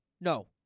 No